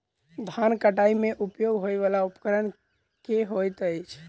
धान कटाई मे उपयोग होयवला उपकरण केँ होइत अछि?